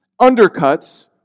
undercuts